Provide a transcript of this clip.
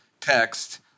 text